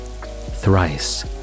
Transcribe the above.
thrice